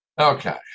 Okay